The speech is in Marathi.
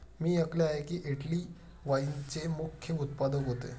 मी ऐकले आहे की, इटली वाईनचे मुख्य उत्पादक होते